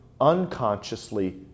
unconsciously